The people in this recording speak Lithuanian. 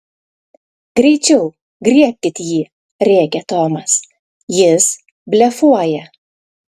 greičiau griebk jį rėkė tomas jis blefuoja